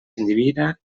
endevina